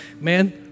man